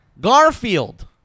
Garfield